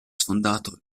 sfondato